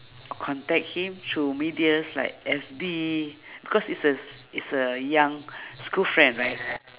contact him through medias like F_B cause it's a s~ it's a young school friend right